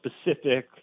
specific